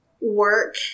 work